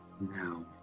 Now